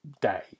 day